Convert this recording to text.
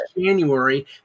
January